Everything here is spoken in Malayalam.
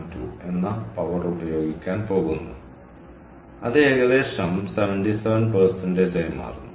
2 എന്ന പവർ ഉപയോഗിക്കാൻ പോകുന്നു അത് ഏകദേശം 77 ആയി മാറുന്നു ശരി